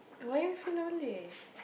why you feel lonely